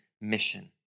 mission